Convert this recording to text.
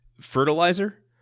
fertilizer